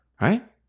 Right